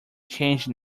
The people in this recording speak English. change